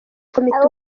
komite